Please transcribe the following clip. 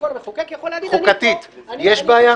בעיקרון המחוקק יכול להגיד -- חוקתית יש בעיה?